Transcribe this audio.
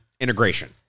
integration